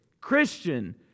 Christian